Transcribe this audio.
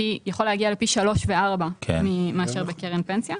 יכול להגיע לפי 3 ו-4 מאשר בקרן פנסיה.